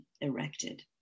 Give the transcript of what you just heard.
erected